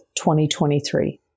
2023